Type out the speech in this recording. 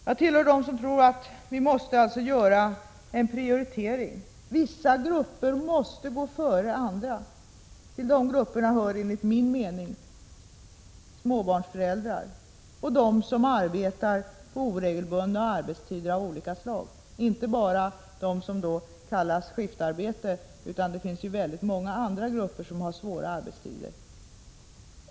Jag tillhör dem som tror att vi måste göra en prioritering. Vissa grupper måste gå före andra. Till de grupperna hör enligt min mening småbarnsföräldrar och de som arbetar på oregelbundna arbetstider av olika slag —- inte bara de som kallas skiftarbetare, det finns väldigt många andra grupper som också har svåra arbetstider.